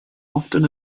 often